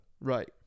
Right